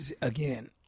Again